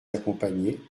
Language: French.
accompagner